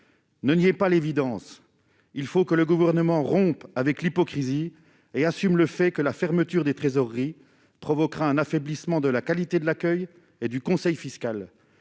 Ne niait pas l'évidence : il faut que le gouvernement rompe avec l'hypocrisie et assume le fait que la fermeture des trésoreries provoquera un affaiblissement de la qualité de l'accueil et du conseil fiscal